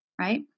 right